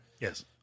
Yes